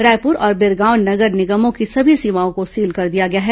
रायपुर और बिरगांव नगर निगमों की सभी सीमाओं को सील कर दिया गया है